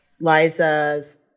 Liza's